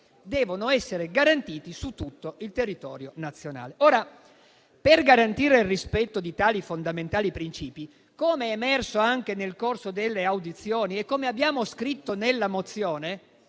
devono essere garantiti su tutto il territorio nazionale. Per garantire il rispetto di tali fondamentali principi, come è emerso anche nel corso delle audizioni e come abbiamo scritto nella mozione,